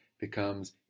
becomes